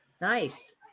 Nice